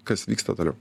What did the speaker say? kas vyksta toliau